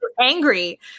angry